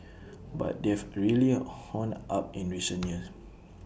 but they've really honed up in recent years